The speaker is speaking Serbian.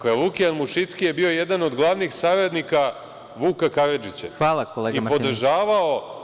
Lukijan Mušicki je bio jedan od glavnih saradnika Vuka Karadžića i podržavao